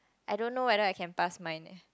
I don't know whether I can pass mine eh